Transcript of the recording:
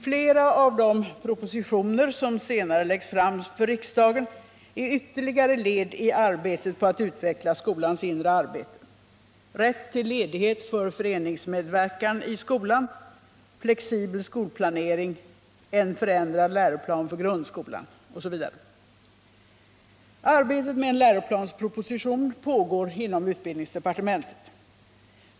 Flera av de propositioner som senare läggs fram för riksdagen är ytterligare led i arbetet på att utveckla skolans inre arbete: rätt till ledighet för föreningsmedverkan i skolan, flexibel skolplanering, en förändrad läroplan för grundskolan osv. Arbetet med en läroplansproposition pågår inom utbildningsdepartementet.